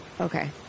okay